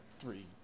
three